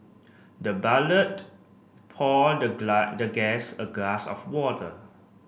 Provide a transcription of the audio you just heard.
the poured the the guest a glass of water